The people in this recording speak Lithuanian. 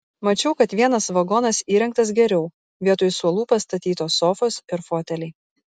mačiau kad vienas vagonas įrengtas geriau vietoj suolų pastatytos sofos ir foteliai